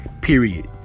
period